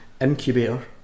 incubator